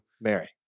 Mary